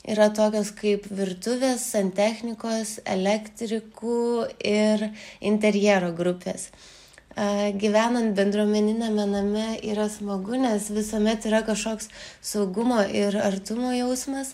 yra tokios kaip virtuvės santechnikos elektrikų ir interjero grupės a gyvenant bendruomeniniame name yra smagu nes visuomet yra kažkoks saugumo ir artumo jausmas